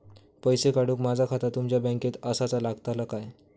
पैसे पाठुक माझा खाता तुमच्या बँकेत आसाचा लागताला काय?